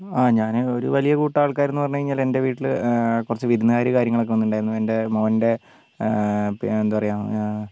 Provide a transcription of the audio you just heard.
ആ ഞാൻ ഒരു വലിയ കൂട്ടം ആൾക്കാരെന്നു പറഞ്ഞു കഴിഞ്ഞാൽ എൻ്റെ വീട്ടിൽ കുറച്ച് വിരുന്നുകാർ കാര്യങ്ങളൊക്കെ വന്നിട്ടുണ്ടായിരുന്നു എൻ്റെ മോൻ്റെ പിന്നെ എന്താ പറയാ